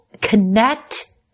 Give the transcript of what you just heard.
Connect